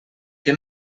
què